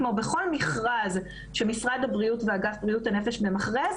כמו בכל מכרז שמשרד הבריאות ואגף בריאות הנפש מוציא,